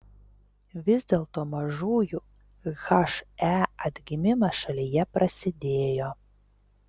vis dėlto mažųjų he atgimimas šalyje prasidėjo